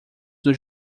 dos